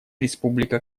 республика